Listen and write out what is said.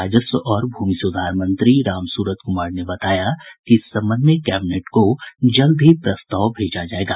राजस्व और भूमि सुधार मंत्री रामसूरत कुमार ने बताया कि इस संबंध में कैबिनेट को जल्द ही प्रस्ताव भेजा जायेगा